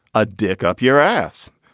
a dick up your ass,